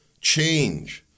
Change